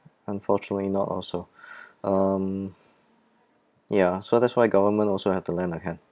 unfortunately not also um ya so that's why government also have to lend a hand